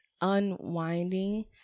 unwinding